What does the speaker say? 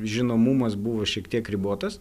žinomumas buvo šiek tiek ribotas